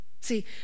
See